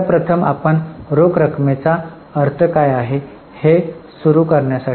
आता प्रथम आपण रोख रकमेचा अर्थ काय आहे हे सुरू करण्यासाठी